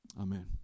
Amen